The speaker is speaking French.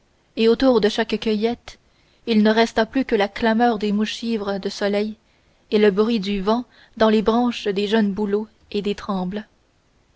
et autour de chaque cueilleur il ne resta plus que la clameur des mouches ivres du soleil et le bruit du vent dans les branches des jeunes bouleaux et des trembles